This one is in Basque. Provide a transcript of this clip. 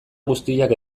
guztiak